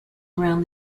around